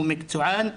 הוא מקצוען.